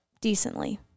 decently